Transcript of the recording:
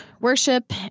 worship